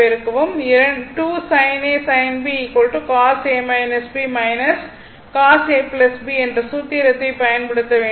2 sin A sin B cos cos AB என்ற சூத்திரத்தைப் பயன்படுத்த வேண்டும்